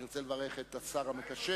אני רוצה לברך את השר המקשר,